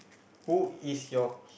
who is your